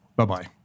bye-bye